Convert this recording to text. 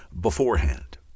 beforehand